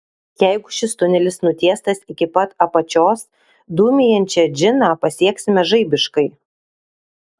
jeigu šis tunelis nutiestas iki pat apačios dūmijančią džiną pasieksime žaibiškai